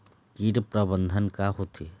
कीट प्रबंधन का होथे?